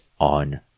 on